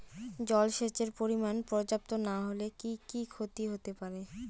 জলসেচের পরিমাণ পর্যাপ্ত না হলে কি কি ক্ষতি হতে পারে?